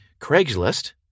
Craigslist